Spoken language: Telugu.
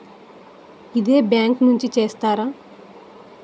ఇదే బ్యాంక్ నుంచి చేస్తారా?